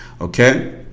okay